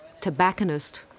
Tobacconist